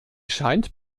scheint